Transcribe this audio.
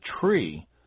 tree